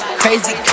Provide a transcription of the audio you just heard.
crazy